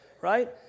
right